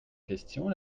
question